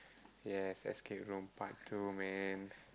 yes escape room part two man